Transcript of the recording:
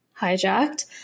hijacked